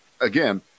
again